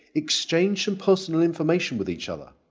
exchange some personal information with each other.